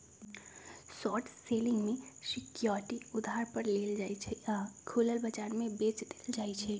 short selling में security उधार पर लेल जाइ छइ आऽ खुलल बजार में बेच देल जाइ छइ